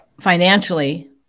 financially